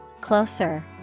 closer